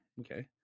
okay